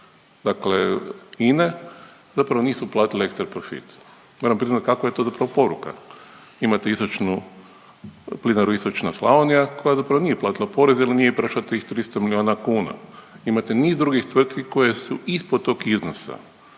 aferi INA-e zapravo nisu platile ekstra profit. Moram priznat kakva je zapravo to poruka? Imate istočnu Plinaru istočna Slavonija koja zapravo nije platila poreze jer nije prešla tih 300 milijuna kuna, imate niz drugih tvrtki koje su ispod tog iznosa